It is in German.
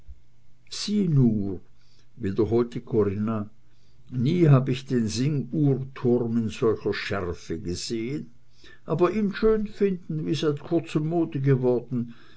nur wiederholte corinna nie hab ich den singuhrturm in solcher schärfe gesehen aber ihn schön finden wie seit kurzem mode geworden